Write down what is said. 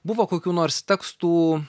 buvo kokių nors tekstų